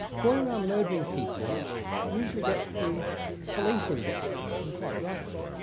going around murdering people usually gets the police involved, and quite rightly.